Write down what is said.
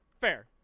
Fair